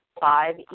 Five